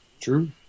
True